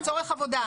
לצורך עבודה.